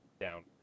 down